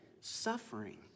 Suffering